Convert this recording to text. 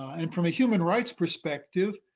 and from a human rights perspective,